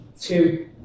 two